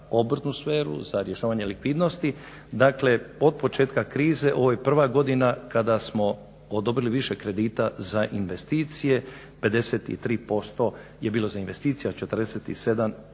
obrtnu sferu, za rješavanje likvidnosti. Dakle, od početka krize ovo je prva godina kada smo odobrili više kredita za investicije 53% je bilo za investicije, a 47